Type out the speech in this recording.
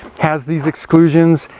has these exclusions,